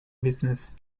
business